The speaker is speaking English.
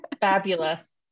fabulous